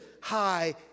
High